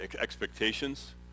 expectations